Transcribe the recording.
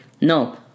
No